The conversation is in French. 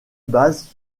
basent